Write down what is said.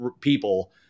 people